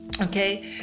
okay